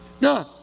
No